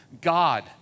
God